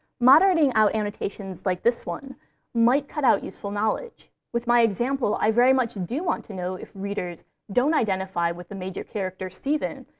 moderating out annotations like this one might cut out useful knowledge. with my example, i very much do want to know if readers don't identify with the major character, stephen,